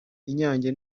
inyange